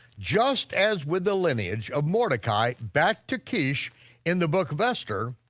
just as with the lineage of mordechai back to kish in the book of esther,